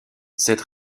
cette